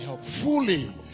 fully